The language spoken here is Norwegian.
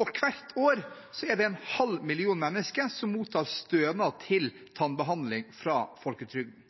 og hvert år er det en halv million mennesker som mottar stønad til tannbehandling fra folketrygden.